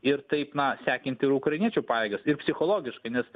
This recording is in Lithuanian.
ir taip na sekinti ir ukrainiečių pajėgas ir psichologiškai nes